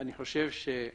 אני חושב שמחובתנו